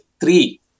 three